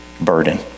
burden